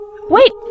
Wait